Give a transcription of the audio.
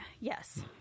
Yes